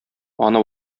аны